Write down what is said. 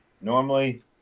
Normally